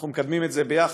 אנחנו מקדמים את זה יחד,